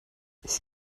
ich